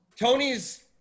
Tony's